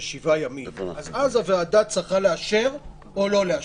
7 ימים אז הוועדה צריכה לאשר או לא לאשר.